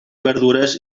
verdures